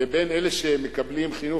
לבין אלה שמקבלים חינוך,